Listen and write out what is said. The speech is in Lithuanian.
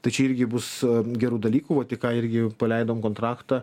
tai čia irgi bus gerų dalykų vat į ką irgi paleidom kontraktą